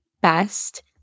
best